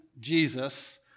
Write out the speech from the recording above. Jesus